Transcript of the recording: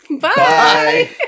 bye